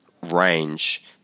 range